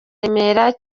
remera